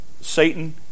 Satan